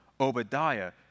Obadiah